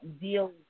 deal